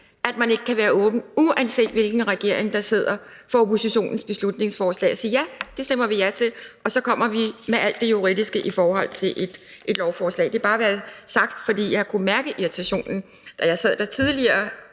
at man ikke kan være åben – uanset hvilken regering der sidder – for oppositionens beslutningsforslag og sige: Det stemmer vi ja til, og så kommer vi med alt det juridiske i forhold til et lovforslag. Det skal bare være sagt, for jeg har kunnet mærke irritationen, da jeg sad i